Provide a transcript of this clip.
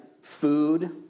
Food